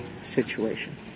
situation